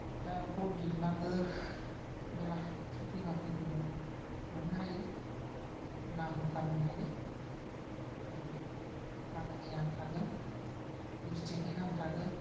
दा बल गेलेनाबो मेल्ला साख्रि बाख्रिफोरबो मोन्नो हायो नामबो खामायनो हायो आरो गामिनि नाम थागोन दिस्तिकनि नाम थागोन